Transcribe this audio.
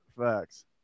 facts